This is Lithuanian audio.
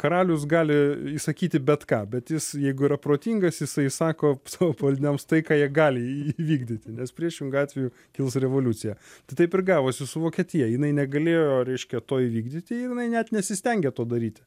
karalius gali įsakyti bet ką bet jis jeigu yra protingas jisai sako savo pavaldiniams tai ką jie gali įvykdyti nes priešingu atveju kils revoliucija tai taip ir gavosi su vokietija jinai negalėjo reiškia to įvykdyti ir jinai net nesistengia to daryti